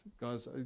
guys